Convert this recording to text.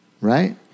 right